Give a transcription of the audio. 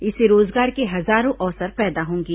इससे रोजगार के हजारों अवसर पैदा होंगे